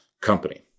company